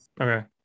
Okay